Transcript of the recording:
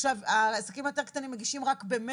עכשיו, העסקים היותר קטנים מגישים רק במרץ.